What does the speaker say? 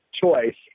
choice